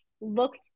looked